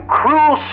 cruel